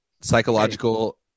psychological